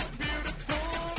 beautiful